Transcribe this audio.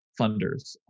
funders